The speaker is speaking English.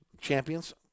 champions